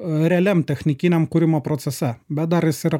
realiam technikiniam kūrimo procesą bet dar yra